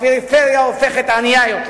הפריפריה הופכת ענייה יותר,